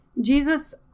Jesus